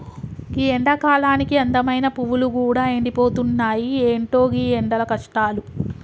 గీ ఎండకాలానికి అందమైన పువ్వులు గూడా ఎండిపోతున్నాయి, ఎంటో గీ ఎండల కష్టాలు